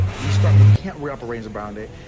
but we start we can't wrap array's around it.